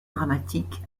dramatique